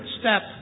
step